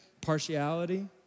partiality